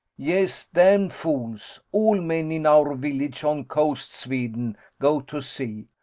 yes. damn fools! all men in our village on coast, sveden, go to sea.